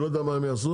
לא יודע מה הם יעשו.